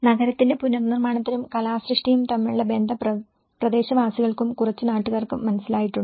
നഗരത്തിന്റെ പുനർനിർമ്മാണവും കലാസൃഷ്ടിയും തമ്മിലുള്ള ബന്ധം പ്രദേശവാസികൾക്കും കുറച്ച് നാട്ടുകാർക്കും മനസ്സിലായിട്ടുണ്ട്